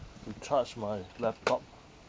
to charge my laptop